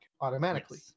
automatically